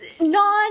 non